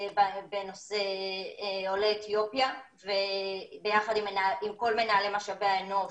בנושא עולי אתיופיה וביחד עם כל מנהלי משאבי האנוש